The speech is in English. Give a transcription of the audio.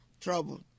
trouble